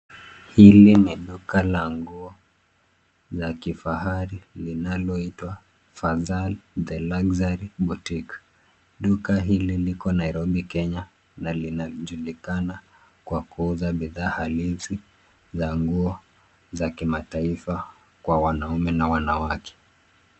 Hili ni duka la nguo la kifahari linaloitwa Fazal The Luxury Boutique. Duka hili liko Nairobi, Kenya, na linajulikana kwa kuuza bidhaa halisi za nguo za kimataifa kwa wanaume na wanawake.